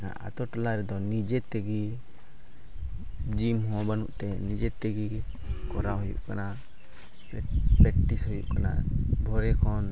ᱟᱛᱳᱼᱴᱚᱞᱟ ᱨᱮᱫᱚ ᱱᱤᱡᱮ ᱛᱮᱜᱮ ᱦᱚᱸ ᱵᱟᱹᱱᱩᱜᱛᱮ ᱱᱤᱡᱮ ᱛᱮᱜᱮ ᱠᱚᱨᱟᱣ ᱦᱩᱭᱩᱜ ᱠᱟᱱᱟ ᱦᱩᱭᱩᱜ ᱠᱟᱱᱟ ᱵᱷᱳᱨᱮ ᱠᱷᱚᱱ